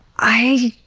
i,